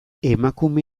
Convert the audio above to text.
emakume